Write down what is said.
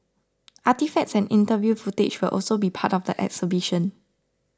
artefacts and interview footage will also be part of the exhibition